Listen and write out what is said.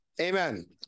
Amen